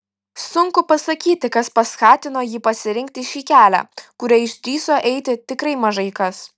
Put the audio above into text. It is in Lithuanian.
sunku pasakyti kas paskatino jį pasirinkti šį kelią kuriuo išdrįso eiti tikrai mažai kas